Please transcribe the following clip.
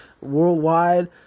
worldwide